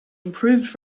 improved